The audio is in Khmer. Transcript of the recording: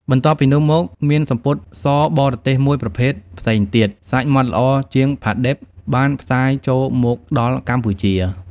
បន្ទាប់ពីនោះមក មានសំពត់សបរទេសមួយប្រភេទផ្សេងទៀត សាច់ម៉ដ្ឋល្អជាងផាឌិបបានផ្សាយចូលមកដល់កម្ពុជា